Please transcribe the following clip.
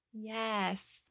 Yes